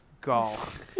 golf